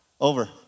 over